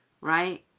right